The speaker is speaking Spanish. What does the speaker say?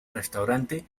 restaurantes